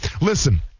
listen